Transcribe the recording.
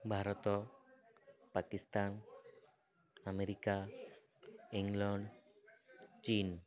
Bharat Pakistan America England Chin